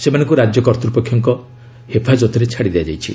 ସେମାନଙ୍କୁ ରାଜ୍ୟ କର୍ତ୍ତପକ୍ଷଙ୍କ ହେଫାଜତରେ ଛାଡ଼ି ଦିଆଯାଇଛି